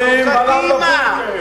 קדימה.